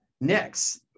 next